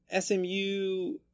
SMU